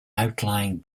outlying